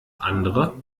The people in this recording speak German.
andere